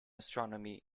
astronomy